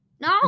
No